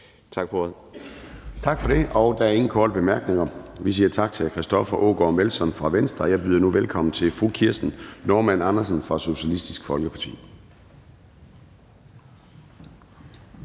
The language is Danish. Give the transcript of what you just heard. Gade): Der er ingen korte bemærkninger, og vi siger tak til hr. Christoffer Aagaard Melson fra Venstre. Jeg byder nu velkommen til fru Kirsten Normann Andersen fra Socialistisk Folkeparti.